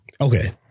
Okay